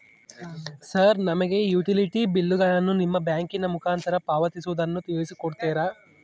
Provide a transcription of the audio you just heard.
Sir ನಮಗೆ ಈ utility ಬಿಲ್ಲುಗಳನ್ನು ನಿಮ್ಮ ಬ್ಯಾಂಕಿನ ಮುಖಾಂತರ ಪಾವತಿಸುವುದನ್ನು ತಿಳಿಸಿ ಕೊಡ್ತೇರಾ?